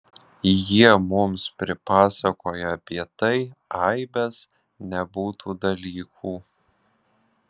jie mums pripasakoja apie tai aibes nebūtų dalykų